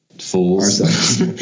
fools